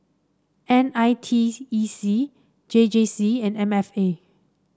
N I T E C J J C and M F A